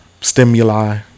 stimuli